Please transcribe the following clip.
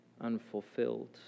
unfulfilled